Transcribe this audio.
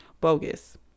bogus